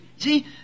See